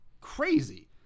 crazy